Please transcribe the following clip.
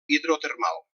hidrotermal